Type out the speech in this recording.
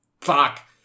fuck